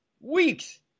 weeks